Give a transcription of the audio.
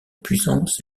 puissance